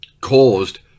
caused